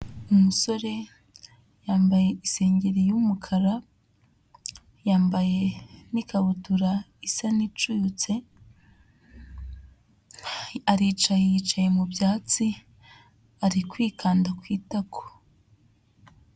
Umusore yambaye isengeri y'umukara, yambaye n'ikabutura isa n'icuyutse, aricaye yicaye mu byatsi ari kwikanda ku itako.